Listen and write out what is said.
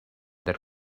that